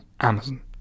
amazon